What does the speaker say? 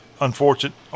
unfortunate